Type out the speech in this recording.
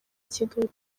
kigali